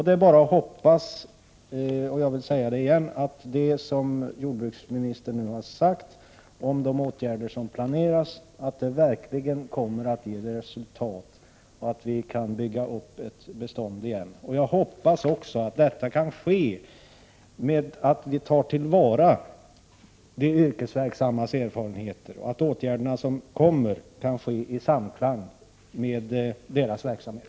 Det är bara att hoppas -— jag vill upprepa det — att det som jordbruksministern nu har sagt om de åtgärder som planeras verkligen kommer att ge resultat och att vi kan bygga upp ett torskbestånd igen. Jag hoppas också att detta kan ske genom att ta till vara de yrkesverksammas erfarenheter och att de planerade åtgärderna kommer att vidtas i samklang med deras verksamhet.